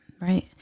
Right